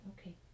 Okay